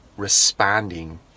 responding